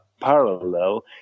parallel